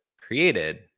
created